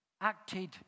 acted